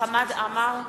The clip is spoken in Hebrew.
חמד עמאר,